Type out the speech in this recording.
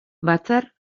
batzar